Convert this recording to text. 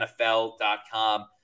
NFL.com